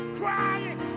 crying